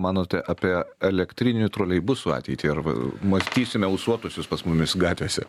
manote apie elektrinių troleibusų ateitį arba matysime ausuotuosius pas mumis gatvėse